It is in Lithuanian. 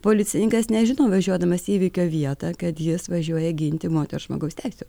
policininkas nežino važiuodamas į įvykio vietą kad jis važiuoja ginti moters žmogaus teisių